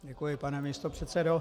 Děkuji, pane místopředsedo.